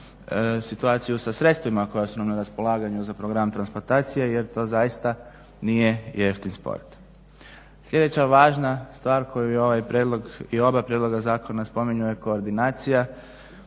situaciju sa sredstvima koja su nam na raspolaganju za program transplantacije jer to zaista nije jeftin sport. Sljedeća važna stvar koju je ovaj prijedlog i oba prijedloga zakona spominju je koordinacija.